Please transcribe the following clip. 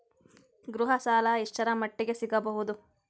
ಗೃಹ ಸಾಲ ಎಷ್ಟರ ಮಟ್ಟಿಗ ಸಿಗಬಹುದು?